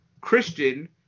Christian